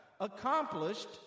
accomplished